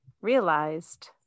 realized